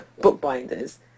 bookbinders